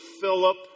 Philip